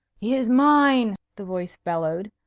he is mine! the voice bellowed.